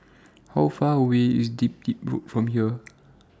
How Far away IS Dedap Road from here